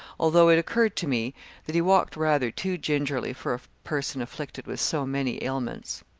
although it occurred to me that he walked rather too gingerly for a person afflicted with so many ailments.